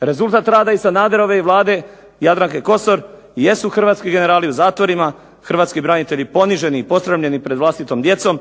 Rezultat rada i Sanaderove i vlade Jadranke Kosor jesu hrvatski generali u zatvorima, hrvatski branitelji poniženi i posramljeni pred vlastitom djecom,